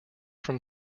from